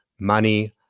money